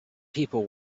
people